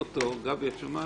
גבי, את שומעת?